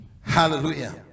Hallelujah